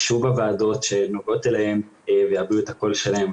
יישבו בוועדות שנוגעות אליהם ויביעו את הקול שלהם.